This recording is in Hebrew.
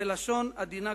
בלשון עדינה,